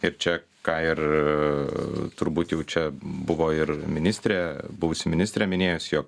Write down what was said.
ir čia ką ir turbūt jau čia buvo ir ministrė buvusi ministrė minėjus jog